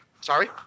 Sorry